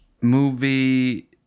movie